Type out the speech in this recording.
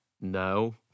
no